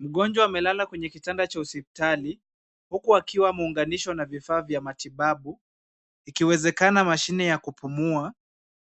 Mgonjwa amelala kwenye kitanda cha hospitali, huku akiwa ameunganishwa na vifaa vya matibabu, ikiwezekana mashine ya kupumua.